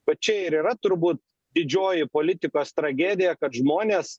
va čia ir yra turbūt didžioji politikos tragedija kad žmonės